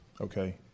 okay